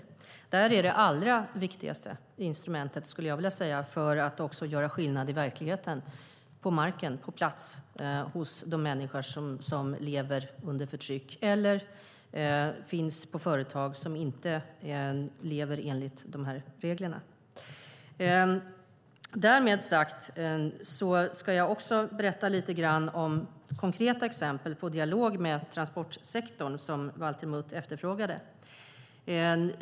Där skulle jag vilja säga att det allra viktigaste instrumentet för att också göra skillnad i verkligheten är att göra det på marken, på plats hos de människor som lever under förtryck eller finns på företag som inte lever enligt dessa regler. Jag ska också berätta lite grann om konkreta exempel på dialog med transportsektorn, som Valter Mutt efterfrågade.